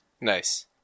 Nice